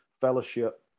fellowship